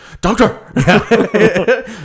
doctor